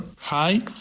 hi